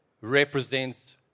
represents